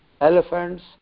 elephants